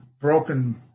broken